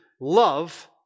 love